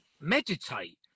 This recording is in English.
meditate